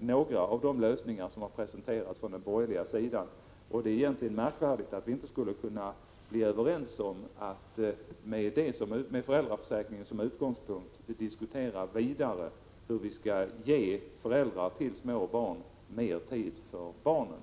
några av de lösningar som har presenterats från den borgerliga sidan. Det är egentligen märkvärdigt att vi inte skulle kunna bli överens om att med föräldraförsäkringen som utgångspunkt diskutera vidare hur vi skall ge föräldrar till små barn mer tid för barnen.